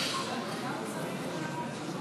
ד"ר קרני רובין וזאב ז'בוטינסקי,